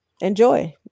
enjoy